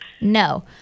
No